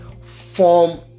form